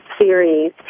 series